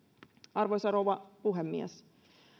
arvoisa rouva puhemies